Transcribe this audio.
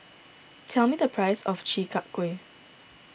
tell me the price of Chi Kak Kuih